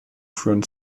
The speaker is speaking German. führen